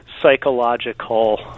psychological